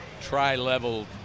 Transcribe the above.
tri-level